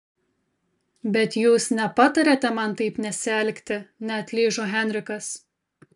bet jūs nepatariate man taip nesielgti neatlyžo henrikas